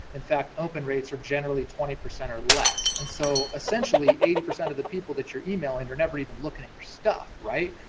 in fact, open rates are generally twenty percent or less. and so essentially, eighty percent of the people that you're emailing are never even looking at your stuff, right?